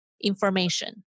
information